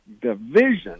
division